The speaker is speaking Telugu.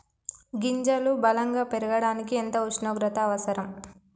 గింజలు బలం గా పెరగడానికి ఎంత ఉష్ణోగ్రత అవసరం?